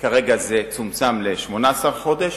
וכרגע זה צומצם ל-18 חודש.